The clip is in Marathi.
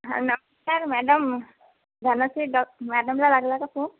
हं नमस्कार मॅडम धनश्री डॉ मॅडमला लागला का फोन